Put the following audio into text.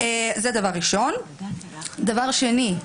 דבר שני,